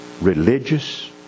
religious